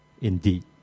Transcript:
indeed